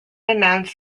announced